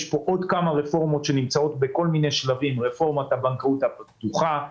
יש פה עוד כמה רפורמות שנמצאות בכל מיני שלבים: רפורמת הבנקאות הפתוחה,